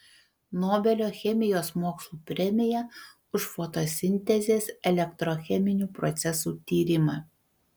nobelio chemijos mokslų premija už fotosintezės elektrocheminių procesų tyrimą